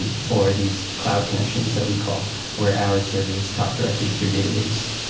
and for these cloud connections that we call where our servers talk directly to your database.